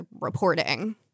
reporting